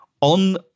on